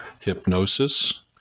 hypnosis